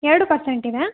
ಎರಡು ಪರ್ಸೆಂಟಿದೆ